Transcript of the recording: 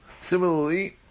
Similarly